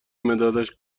مدادش